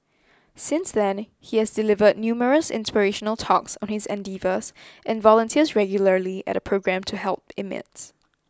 since then he has delivered numerous inspirational talks on his endeavours and volunteers regularly at a programme to help inmates